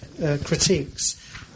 critiques